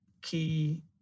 key